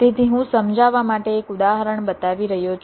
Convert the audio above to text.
તેથી હું સમજાવવા માટે એક ઉદાહરણ બતાવી રહ્યો છું